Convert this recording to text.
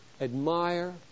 admire